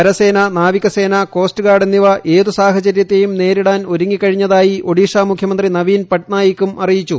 കരസേന നാവികസേന കോസ്റ്റ്ഗാർജ് എന്നിവ ഏതു സാഹചര്യത്തേയും നേരിടാൻ ഒരുങ്ങിക്കഴിഞ്ഞതായി ഒഡീഷ മുഖ്യമന്ത്രി നവീൻ പട്നായികും അറിയിച്ചു